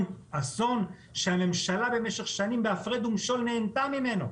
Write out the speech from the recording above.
אסון שהממשלה במשך שנים בהפרד ומשול נהנתה ממנו.